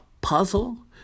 puzzle